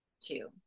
two